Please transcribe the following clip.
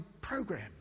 program